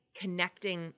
connecting